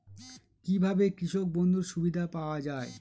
কি ভাবে কৃষক বন্ধুর সুবিধা পাওয়া য়ায়?